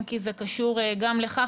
אם כי זה קשור גם לכך,